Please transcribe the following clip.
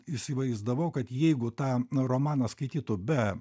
įsivaizdavau kad jeigu tą romaną skaitytų be